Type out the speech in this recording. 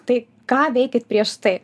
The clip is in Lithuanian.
tai ką veikėt prieš tai